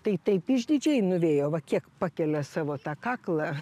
tai taip išdidžiai nuvėjo va kiek pakelia savo tą kaklą